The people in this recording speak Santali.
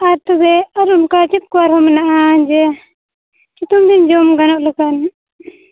ᱟᱨ ᱛᱚᱵᱮ ᱟᱨ ᱚᱱᱠᱟ ᱪᱮᱫ ᱠᱚ ᱟᱨᱦᱚᱸ ᱢᱮᱱᱟᱜᱼᱟ ᱡᱮ ᱥᱤᱛᱩᱝ ᱫᱤᱱ ᱡᱚᱢ ᱜᱟᱱᱚᱜ ᱞᱮᱠᱟᱱ